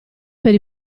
per